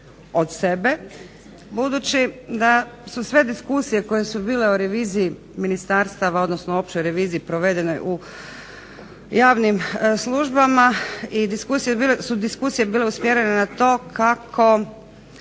od sebe budući da su sve diskusije koje su bile o reviziji ministarstava, odnosno općoj reviziji provedenoj u javnim službama su diskusije bile usmjerene na to kako